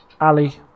Ali